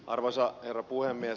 arvoisa herra puhemies